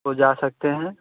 वह जा सकते हैं